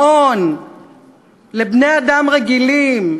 מעון לבני-אדם רגילים,